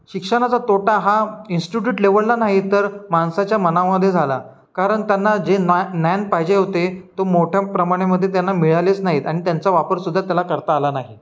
शिक्षणाचा तोटा हा इन्स्टिटूट लेवलला नाही तर माणसाच्या मनामध्ये झाला कारण त्यांना जे ज्ञान पाहिजे होते तो मोठ्या प्रमाणामध्ये त्यांना मिळालेच नाहीत आणि त्यांचा वापरसुद्धा त्याला करता आला नाही